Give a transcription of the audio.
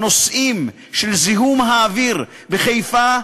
הנושאים של זיהום האוויר בחיפה,